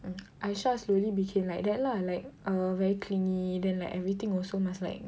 um Aisyah slowly became like that lah like err very clingy then like everything also must like